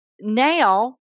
now